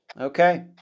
okay